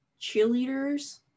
cheerleaders